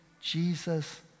Jesus